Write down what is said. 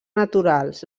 naturals